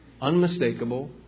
unmistakable